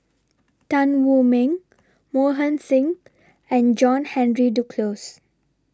Tan Wu Meng Mohan Singh and John Henry Duclos